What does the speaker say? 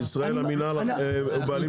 בישראל המינהל הוא בעלים.